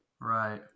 Right